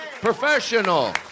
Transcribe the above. Professional